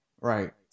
Right